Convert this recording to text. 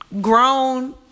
grown